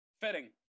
fitting